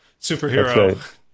superhero